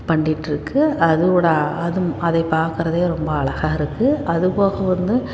பண்ணிட்ருக்கு அதுவும் நான் அதுவும் அதை பாக்கிறதே ரொம்ப அழகாக இருக்கு அது போக வந்து